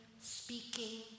speaking